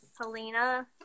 Helena